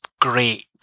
great